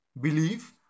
believe